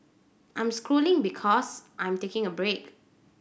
I'm scrolling because I'm taking a break